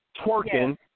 twerking